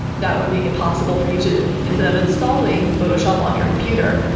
that would make it possible for you to, instead of installing photoshop on your computer,